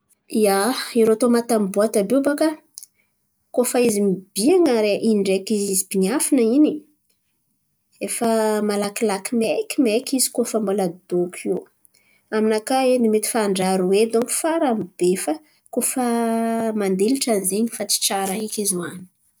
Ia, irô tômaty amy boaty àby io baka koa fa izy nibian̈a indraiky izy biafina iny, efa malakilaky maikimaiky izy koa fa mbola adôko iô. Aminakà edy mety fa andra aroe donko farany be fa koa fa mandilatra ny zen̈y fa tsy tsara eky izy hoanin̈y.